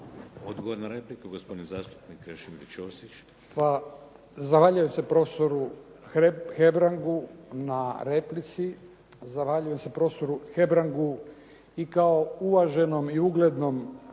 Odgovor na repliku, gospodin zastupnik Krešimir Ćosić. **Ćosić, Krešimir (HDZ)** Hvala. Zahvaljujem se profesoru Hebrangu na replici, zahvaljujem se profesoru Hebrangu i kao uvaženom i uglednom